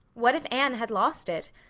what if anne had lost it?